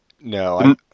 No